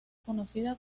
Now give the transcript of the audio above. conocida